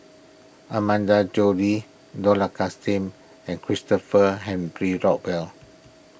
Amanda Joe Lee Dollah and Christopher Henry Rothwell